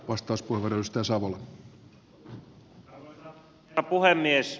arvoisa herra puhemies